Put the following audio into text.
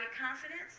confidence